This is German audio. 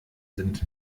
sind